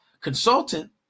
consultant